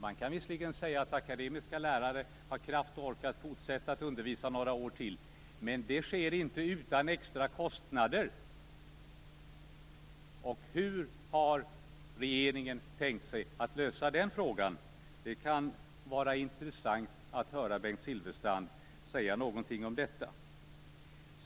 Man kan visserligen säga att akademiska lärare har kraft och ork att fortsätta undervisa under några år till, men det sker inte utan extra kostnader. Hur har regeringen tänkt sig att lösa den frågan? Det vore intressant att höra Bengt Silfverstrand säga något om detta.